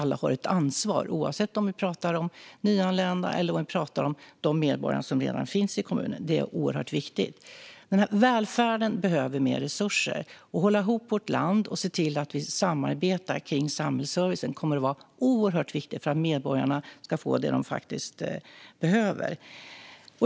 Alla har ett ansvar oavsett om vi talar om nyanlända eller om de medborgare som redan finns i kommunerna. Det är oerhört viktigt. Välfärden behöver mer resurser. Att hålla ihop vårt land och samarbeta kring samhällsservicen kommer att vara oerhört viktigt för att medborgarna ska få det som de faktiskt behöver.